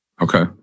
Okay